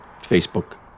Facebook